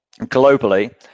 globally